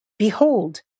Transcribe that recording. Behold